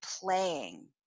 playing